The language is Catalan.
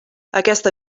aquesta